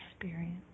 experience